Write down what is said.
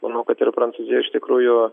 manau kad ir prancūzijoj iš tikrųjų